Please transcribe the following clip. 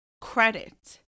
credit